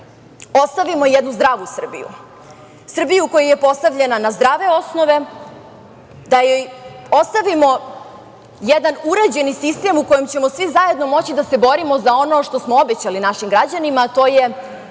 deci ostavimo jednu zdravu Srbiju, Srbiju koja je postavljena na zdrave osnove, da joj ostavimo jedan uređeni sistem u kojem ćemo svi zajedno moći da se borimo za ono što smo obećali našim građanima, a to je